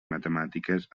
matemàtiques